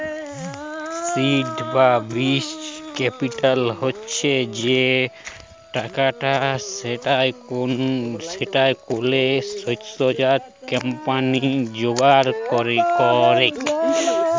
seed বা বীজ capital হচ্ছ সে টাকাটা যেইটা কোলো সদ্যজাত কম্পানি জোগাড় করেক